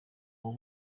uwo